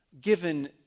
given